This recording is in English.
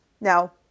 now